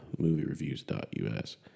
moviereviews.us